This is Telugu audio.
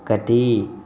ఒకటీ